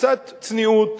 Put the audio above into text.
קצת צניעות.